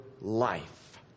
life